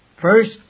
first